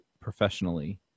professionally